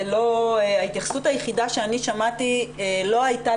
ההתייחסות היחידה שאני שמעתי לא היתה,